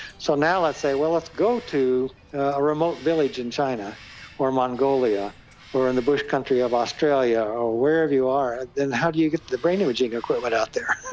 so now let's say, well, let's go to a remote village in china or mongolia or in the bush country of australia or wherever you are, then how do you get the brain imaging equipment out there?